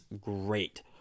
great